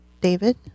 David